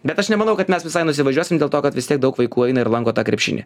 bet aš nemanau kad mes visai nusivažiuosim dėl to kad vis tiek daug vaikų eina ir lanko tą krepšinį